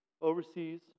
overseas